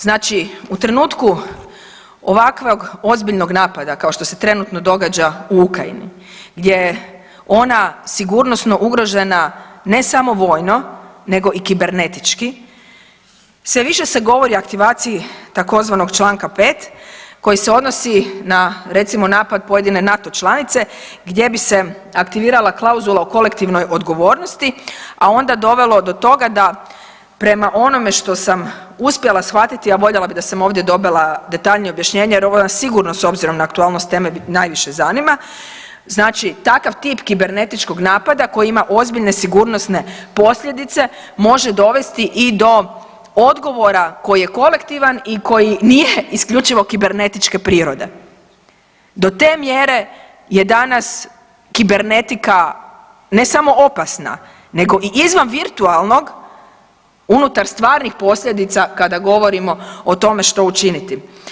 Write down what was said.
Znači u trenutku ovakvog ozbiljnog napada kao što se trenutno događa u Ukrajini gdje je ona sigurnosno ugrožena ne samo vojno nego i kibernetički sve više se govori o aktivaciji tzv. čl. 5. koji se odnosi na recimo napad pojedine NATO članice gdje bi se aktivirala klauzula o kolektivnoj odgovornosti, a onda dovelo do toga da prema onome što sam uspjela shvatiti, a voljela sam da sam ovdje dobila detaljnije objašnjenje jer ovo nas sigurno s obzirom na aktualnost teme najviše zanima znači takav tip kibernetičkog napada koji ima ozbiljne sigurnosne posljedice može dovesti i do odgovora koji je kolektivan i koji nije isključivo kibernetičke prirode, do te mjere je danas kibernetika ne samo opasna nego i izvan virtualnog unutar stvarnih posljedica kada govorimo o tome što učiniti.